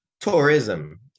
tourism